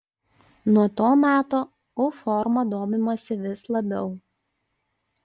nuo to meto u forma domimasi vis labiau